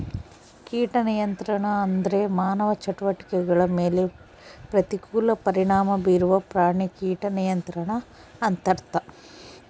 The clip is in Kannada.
ಕೀಟ ನಿಯಂತ್ರಣ ಅಂದ್ರೆ ಮಾನವ ಚಟುವಟಿಕೆಗಳ ಮೇಲೆ ಪ್ರತಿಕೂಲ ಪರಿಣಾಮ ಬೀರುವ ಪ್ರಾಣಿ ಕೀಟ ನಿಯಂತ್ರಣ ಅಂತರ್ಥ